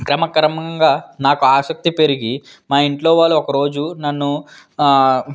క్రమ క్రమంగా నాకు ఆసక్తి పెరిగి మా ఇంట్లో వాళ్ళు ఒక రోజు నన్ను